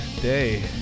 day